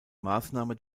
maßnahme